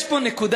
יש פה נקודה,